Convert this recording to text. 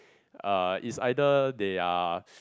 uh is either they are